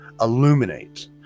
illuminate